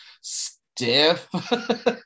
stiff